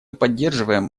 поддерживаем